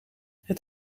het